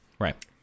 Right